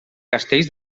castells